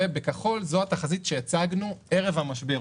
ובכחול זו התחזית שהצגנו ערב המשבר,